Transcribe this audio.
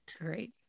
Great